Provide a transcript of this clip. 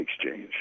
Exchange